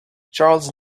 charles